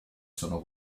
sono